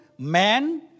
Man